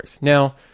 Now